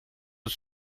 het